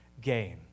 Gain